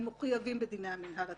הם מחויבים בדיני המינהל הציבורי,